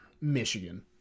Michigan